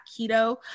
keto